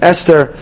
Esther